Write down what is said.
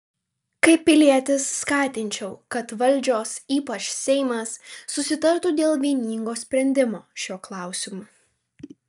kaip pilietis skatinčiau kad valdžios ypač seimas susitartų dėl vieningo sprendimo šiuo klausimu